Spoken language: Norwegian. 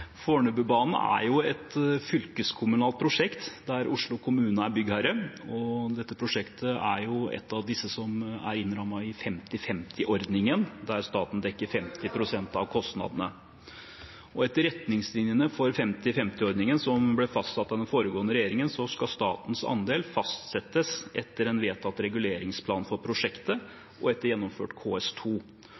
Fornebubanen er et fylkeskommunalt prosjekt der Oslo kommune er byggherre. Dette prosjektet er et av dem som er innrammet i 50/50-ordningen, der staten dekker 50 pst. av kostnadene. Etter retningslinjene for 50/50-ordningen, som ble fastsatt av den foregående regjeringen, skal statens andel fastsettes etter en vedtatt reguleringsplan for prosjektet og etter gjennomført